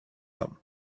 them